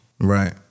right